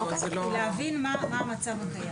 להבין מה המצב הקיים.